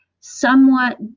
somewhat